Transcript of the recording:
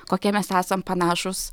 kokie mes esam panašūs